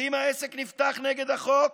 ואם העסק נפתח נגד החוק,